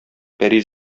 пәри